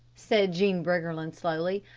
said jean briggerland slowly.